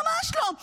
ממש לא.